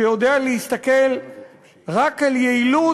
שיודע להסתכל רק על יעילות,